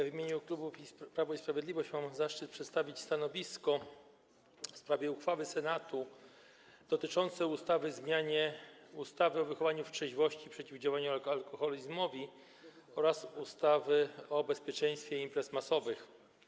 W imieniu klubu Prawo i Sprawiedliwość mam zaszczyt przedstawić stanowisko w sprawie uchwały Senatu dotyczącej ustawy o zmianie ustawy o wychowaniu w trzeźwości i przeciwdziałaniu alkoholizmowi oraz ustawy o bezpieczeństwie imprez masowych.